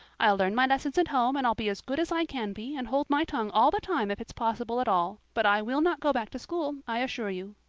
i'll learn my lessons at home and i'll be as good as i can be and hold my tongue all the time if it's possible at all. but i will not go back to school, i assure you.